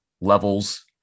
levels